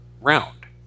Round